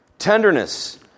Tenderness